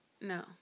No